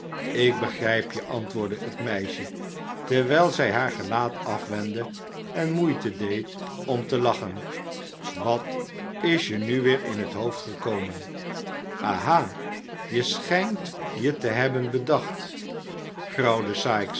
ik begrijp je antwoordde het meisje terwijl zij haar gelaat afwendde en moeite deed om te lachen wat is je nu weer in het hoofd gekomen aha je schijnt je te hebben bedacht grauwde sikes